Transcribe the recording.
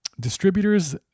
Distributors